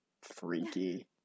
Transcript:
freaky